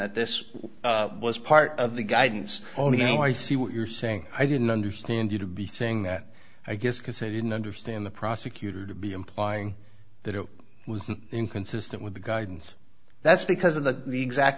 that this was part of the guidance only now i see what you're saying i didn't understand you to be saying that i guess because they didn't understand the prosecutor to be implying that it was inconsistent with the guidance that's because of the exact